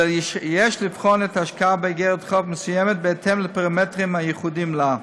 אלא יש לבחון את ההשקעה באיגרת חוב מסוימת בהתאם לפרמטרים הייחודיים לה.